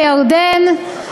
בירדן,